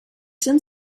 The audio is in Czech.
jsem